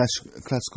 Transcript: classical